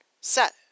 set